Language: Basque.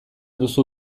duzu